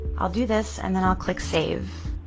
i'll do this and then i'll click save.